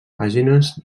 pàgines